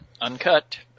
Uncut